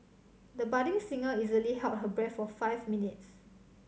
the budding singer easily held her breath for five minutes